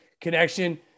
connection